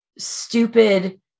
Stupid